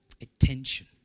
attention